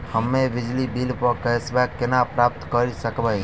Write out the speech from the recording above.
हम्मे बिजली बिल प कैशबैक केना प्राप्त करऽ सकबै?